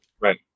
Right